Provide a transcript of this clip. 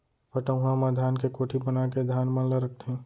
पटउहां म धान के कोठी बनाके धान मन ल रखथें